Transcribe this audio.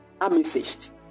Amethyst